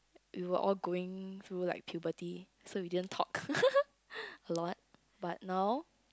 we were all going through like puberty so we didn't talk a lot but now